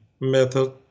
method